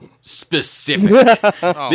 specific